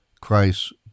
Christ